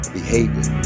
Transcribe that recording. Behavior